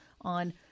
on